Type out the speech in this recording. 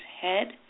head